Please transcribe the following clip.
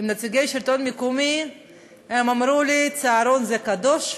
נציגי השלטון המקומי הם אמרו לי: צהרון זה קדוש,